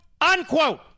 unquote